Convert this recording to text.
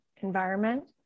environment